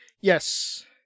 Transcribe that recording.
Yes